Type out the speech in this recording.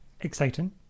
exciting